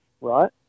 right